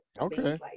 Okay